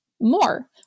more